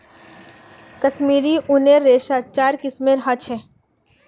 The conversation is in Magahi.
कश्मीरी ऊनेर रेशा चार किस्मेर ह छे